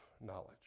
knowledge